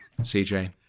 CJ